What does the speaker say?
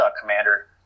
commander